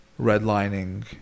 redlining